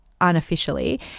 unofficially